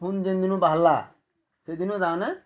phone ଯିନ୍ ଦିନୁ ବାହାରିଲା ସେ ଦିନୁ ତା'ମାନେ